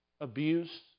abuse